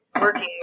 working